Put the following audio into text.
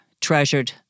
treasured